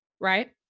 right